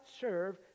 serve